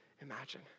imagine